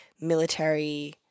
military